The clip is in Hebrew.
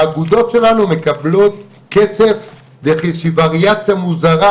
והאגודות שלנו מקבלות כסף באיזו שהיא וריאציה מוזרה,